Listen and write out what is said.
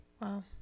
Wow